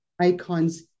icons